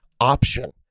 option